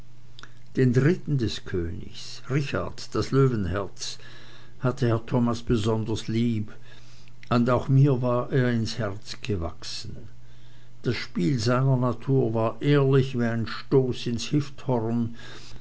den dritten des königs richard das löwenherz hatte herr thomas besonders lieb und auch mir war er ins herz gewachsen das spiel seiner natur war ehrlich wie ein stoß ins